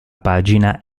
pagina